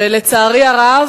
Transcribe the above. לצערי הרב,